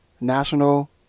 national